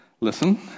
listen